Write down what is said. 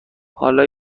حالا